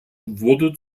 wurde